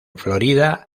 florida